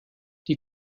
die